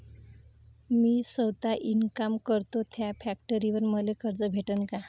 मी सौता इनकाम करतो थ्या फॅक्टरीवर मले कर्ज भेटन का?